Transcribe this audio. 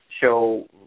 show